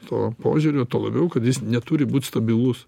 to požiūrio tuo labiau kad jis neturi būt stabilus